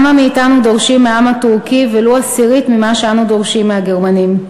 כמה מאתנו דורשים מהעם הטורקי ולו עשירית ממה שאנו דורשים מהגרמנים?